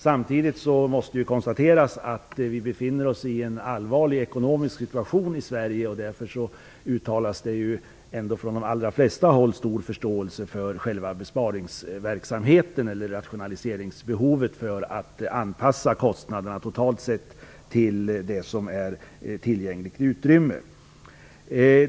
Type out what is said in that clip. Samtidigt måste konstateras att vi befinner oss i en allvarlig ekonomisk situation i Sverige, och därför uttalas det ändå från de allra flesta håll en stor förståelse för besparingsverksamheten och rationaliseringsbehovet, för att anpassa kostnaderna totalt sett till det tillgängliga utrymmet.